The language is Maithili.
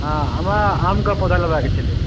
हँ हमरा आम कऽ पौधा लेबाक छलै